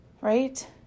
Right